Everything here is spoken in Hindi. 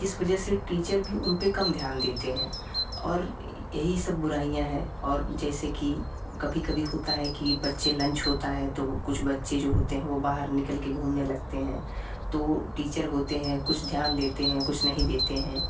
जिस वजह से टीचर भी उन पर कम ध्यान देते हैं और यही सब बुराइयाँ है और जैसे कि कभी कभी होता है कि बच्चे लंच होता है तो वह कुछ बच्चे जो होते हैं वह बाहर निकल कर घूमने लगते हैं तो टीचर होते हैं कुछ ध्यान देते हैं कुछ नहीं देते हैं